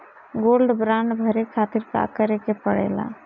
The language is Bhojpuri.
गोल्ड बांड भरे खातिर का करेके पड़ेला?